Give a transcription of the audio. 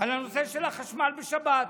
על הנושא של החשמל בשבת.